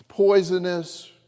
poisonous